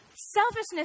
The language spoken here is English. Selfishness